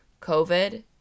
COVID